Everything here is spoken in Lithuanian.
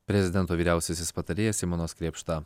prezidento vyriausiasis patarėjas simonas krėpšta